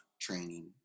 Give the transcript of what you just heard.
training